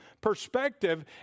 perspective